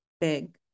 big